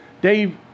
Dave